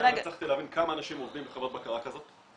לא הצלחתי להבין כמה אנשים עובדים בחברת בקרה כזאת.